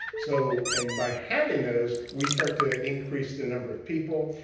so, and by having those, we start to increase the number of people.